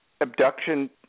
abduction